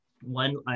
One